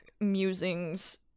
musings